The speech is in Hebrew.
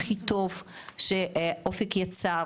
הכי טוב שאופק יצר,